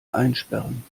einsperren